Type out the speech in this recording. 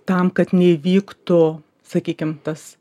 tam kad neįvyktų sakykim tas